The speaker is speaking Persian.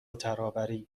ترابری